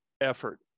effort